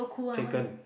Taken